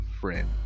friend